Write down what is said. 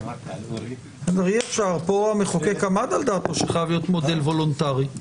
כאן המחוקק עמד על דעתו שחייב להיות מודל וולונטרי.